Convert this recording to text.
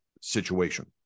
situation